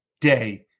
day